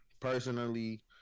Personally